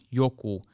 joku